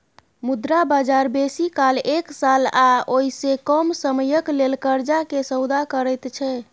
मुद्रा बजार बेसी काल एक साल वा ओइसे कम समयक लेल कर्जा के सौदा करैत छै